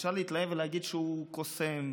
אפשר להתלהב ולהגיד שהוא קוסם,